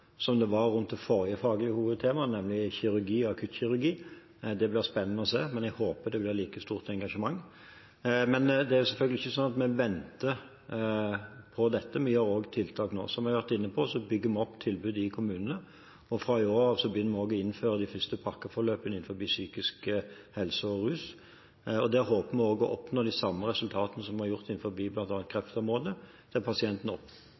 nemlig kirurgi og akuttkirurgi. Det blir spennende å se, men jeg håper det blir et like stort engasjement. Det er selvfølgelig ikke sånn at vi venter på dette. Vi har også tiltak nå. Som jeg har vært inne på, bygger vi opp tilbud i kommunene. Fra i år av begynner vi også å innføre de første pakkeforløpene innenfor psykisk helse og rus. Der håper vi å oppnå de samme resultatene som vi har gjort innenfor bl.a. kreftområdet, der pasientene opplever bedre, raskere og mer sammenhengende hjelp. Replikkordskiftet er avslutta. Fleire har ikkje bedt om ordet til